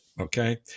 Okay